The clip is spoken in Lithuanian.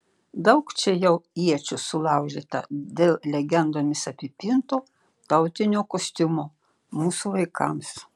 daug čia jau iečių sulaužyta dėl legendomis apipinto tautinio kostiumo mūsų vaikams